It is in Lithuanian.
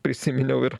prisiminiau ir